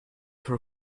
for